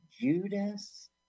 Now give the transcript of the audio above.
Judas